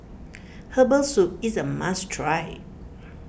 Herbal Soup is a must try